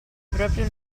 proprio